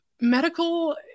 medical